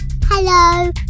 Hello